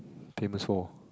famous for